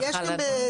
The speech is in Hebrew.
לא, יש גם תקנות.